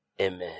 Amen